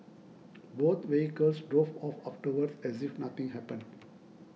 both vehicles drove off afterwards as if nothing happened